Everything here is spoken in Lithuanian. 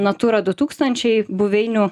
natura du tūkstančiai buveinių